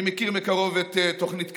אני מכיר מקרוב את תוכנית קרב,